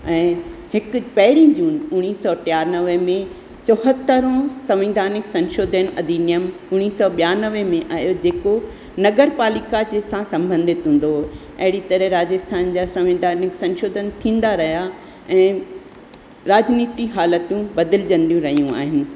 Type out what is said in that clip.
ऐं हिकु पहिरीं जून उणिवीह सौ टियानवे में चोहतरि ऐं सविधानिक संशोधन अधिनियम उणिवीह सौ ॿियानवे में आयो जेको नगर पालिका जे सां संबधित हूंदो हुओ अहिड़ी तरह राजस्थान जा सविधानिक संशोधन थींदा रहिया ऐं राजनिती हालतू बदिलजंदियूं रहियूं आहिनि